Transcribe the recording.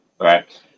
right